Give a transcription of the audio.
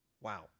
Wow